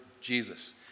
Jesus